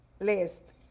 list